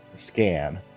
scan